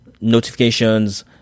notifications